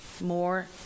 more